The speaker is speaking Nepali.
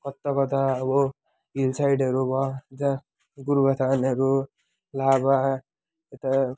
कता कता अब हिलसाइडहरू भयो उता गोरुबथानहरू लाभा यता